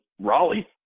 Raleigh